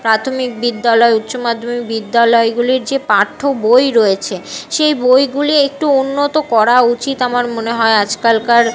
প্রাথমিক বিদ্যালয় উচ্চমাধ্যমিক বিদ্যালয়গুলির যে পাঠ্য বই রয়েছে সেই বইগুলি একটু উন্নত করা উচিত আমার মনে হয় আজকালকার